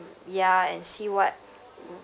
ya and see what